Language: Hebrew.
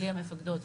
בלי המפקדות,